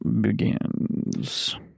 begins